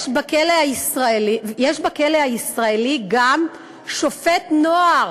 יש בכלא הישראלי גם שופט נוער,